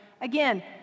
Again